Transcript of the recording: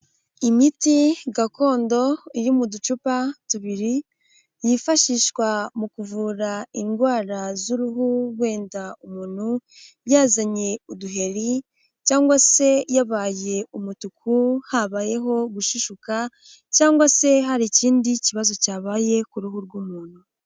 Imiti gakondo iri mu ducupa tubiri yifashishwa mu kuvura indwara z'uruhu, wenda umuntu yazanye uduheri cyangwa se yabaye umutuku habayeho gushishuka cyangwa se hari ikindi kibazo cyabaye ku ruhu rw'umuntu.